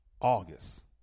August